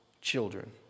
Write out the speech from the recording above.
children